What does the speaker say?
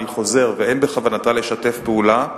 אני חוזר: אין בכוונתה לשתף פעולה ליישומן.